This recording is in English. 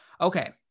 Okay